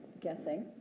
guessing